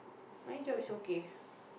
my job is okay